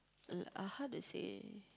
uh ah how to say